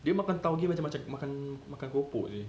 dia makan taugeh macam makan keropok